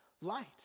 light